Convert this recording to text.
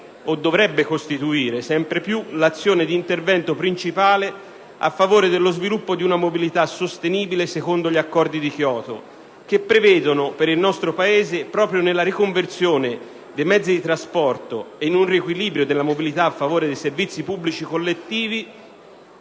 o dovrebbe costituire sempre più l'azione di intervento principale a favore dello sviluppo di una mobilità sostenibile secondo gli Accordi di Kyoto, che per il nostro Paese prevedono proprio nella riconversione dei mezzi di trasporto e in un riequilibrio della mobilità a favore dei servizi pubblici collettivi